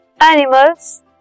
animals